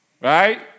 right